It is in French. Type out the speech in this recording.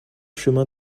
chemin